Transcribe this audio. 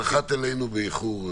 נחת עלינו באיחור.